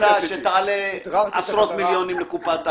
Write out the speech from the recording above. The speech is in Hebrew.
שתעלה עשרות מיליונים לקופת האוצר.